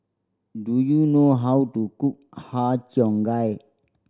do you know how to cook Har Cheong Gai